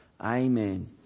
Amen